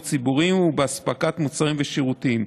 ציבוריים ובאספקת מוצרים ושירותים.